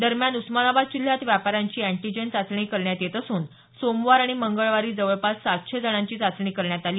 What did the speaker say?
दरम्यान उस्मानाबाद जिल्ह्यात व्यापाऱ्यांची अँटीजेन चाचणी करण्यात येत असून सोमवार आणि मंगळवारी जवळपास सातशे जणांची चाचणी करण्यात आली